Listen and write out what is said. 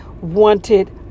wanted